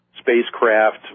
spacecraft